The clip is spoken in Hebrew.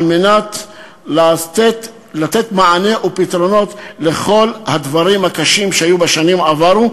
מנת לתת מענה ופתרונות לכל הדברים הקשים שהיו בשנים עברו.